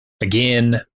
again